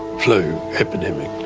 flu epidemic,